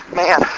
man